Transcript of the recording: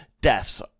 deaths